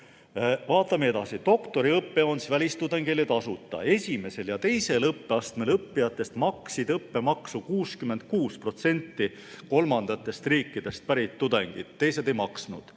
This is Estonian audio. vaatame edasi. Doktoriõpe on välistudengitele tasuta. Esimesel ja teisel õppeastmel õppijatest maksis õppemaksu 66% kolmandatest riikidest pärit tudengitest, teised ei maksnud.